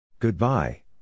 Goodbye